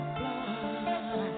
fly